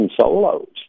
solos